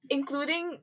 Including